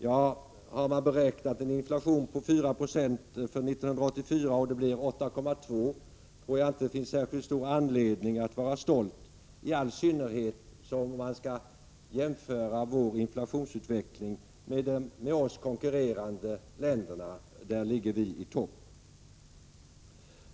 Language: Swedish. Men har man räknat med en inflation på 4 96 för 1984 och den blir 8,2 20, tror jag inte man har särskilt stor anledning att vara stolt, i all synnerhet som man skall jämföra vår inflationsutveckling med den i de med oss konkurrerande länderna. Där ligger vi i topp.